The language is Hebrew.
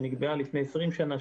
שנקבעה לפני עשרים שנה,